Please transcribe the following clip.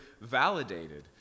validated